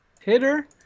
hitter